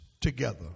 together